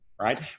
right